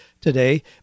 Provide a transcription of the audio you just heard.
today